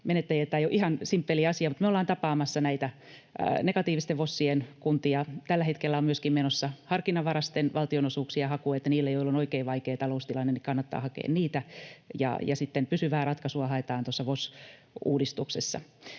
tämä ei ole ihan simppeli asia. Me ollaan tapaamassa näitä negatiivisten VOSien kuntia, ja tällä hetkellä on myöskin menossa harkinnanvaraisten valtionosuuksien haku, ja niiden, joilla on oikein vaikea taloustilanne, kannattaa hakea niitä, ja sitten pysyvää ratkaisua haetaan VOS-uudistuksessa.